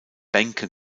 bänke